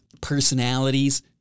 personalities